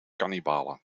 kannibalen